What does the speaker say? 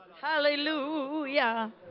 Hallelujah